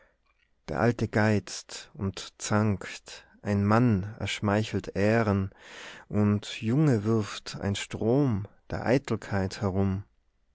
der alte geizt und zankt ein mann erschmeichelt ehren und junge wirft ein strom der eitelkeit herum